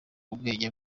ubwenge